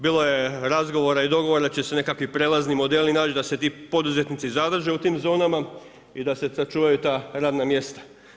Bilo je razgovora i dogovora da će se nekakvi prelazni modeli naći da se ti poduzetnici zadrže u tim zonama i da se sačuvaju ta radna mjesta.